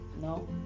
No